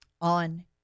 On